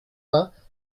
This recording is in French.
vingt